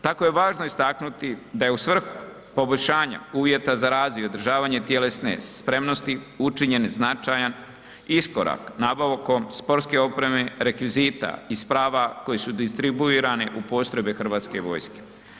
Tako je važno istaknuti da je u svrhu poboljšanja uvjeta za razvoj i održavanje tjelesne spremnosti učinjen značajan iskorak nabavkom sportske opreme, rekvizita i sprava koje su distribuirane u postrojbe Hrvatske vojske.